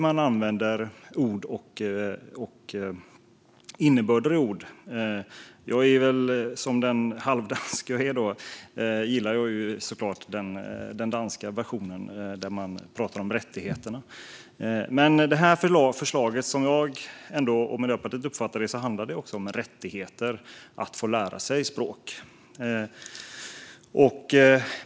Man använder ord och deras innebörd på lite olika sätt. Som den halvdansk jag är gillar jag såklart den danska versionen där man pratar om rättigheterna. Det här förslaget handlar, som jag och Miljöpartiet uppfattar det, om rättigheten att lära sig språk.